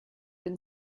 been